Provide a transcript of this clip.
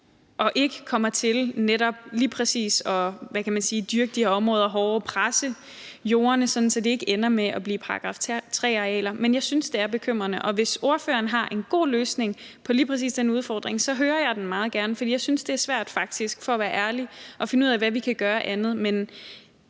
ikke kommer til – hvad kan man sige – at dyrke de her områder hårdere og presse jordene, så de ender med ikke at blive § 3-arealer. Men jeg synes, det er bekymrende, og hvis ordføreren har en god løsning på lige præcis den udfordring, hører jeg den meget gerne, for jeg synes faktisk, for at være ærlig, at det er svært at finde ud af, hvad vi kan gøre andet.